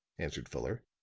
answered fuller.